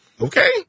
Okay